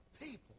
people